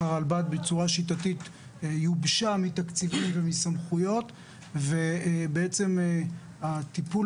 הרלב"ד בצורה שיטתית יובשה מתקציבים ומסמכויות ובעצם הטיפול